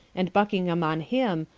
and buckingham on him,